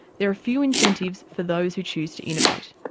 there are few incentives for those who choose to innovate.